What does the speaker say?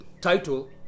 title